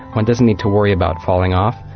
one doesn't need to worry about falling off,